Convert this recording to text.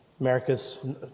America's